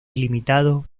ilimitado